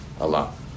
Allah